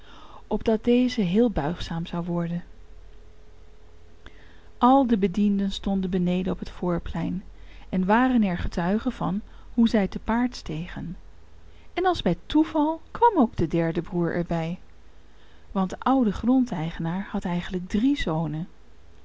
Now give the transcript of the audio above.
opdat deze heel buigzaam zou worden al de bedienden stonden beneden op het voorplein en waren er getuigen van hoe zij te paard stegen en als bij toeval kwam ook de derde broer er bij want de oude grondeigenaar had eigenlijk drie zonen